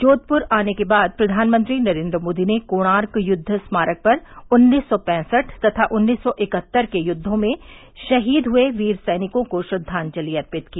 जोधपुर आने के बाद प्रधानमंत्री नरेन्द्र मोदी ने कोणार्क युद्व स्मारक पर उन्नीस सौ पैसठ तथा उन्नीस सौ इकहत्तर के युद्दों में शहीद हुए वीर सैनिकों को श्रद्वांजलि अर्पित की